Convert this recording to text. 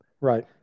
Right